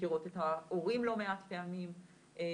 מכירות את ההורים לא מעט פעמים וברגע